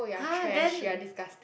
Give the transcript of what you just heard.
!huh! then